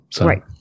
Right